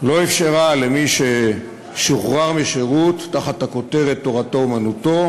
לא אפשרה למי ששוחרר משירות תחת הכותרת תורתו-אומנותו